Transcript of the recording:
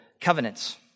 covenants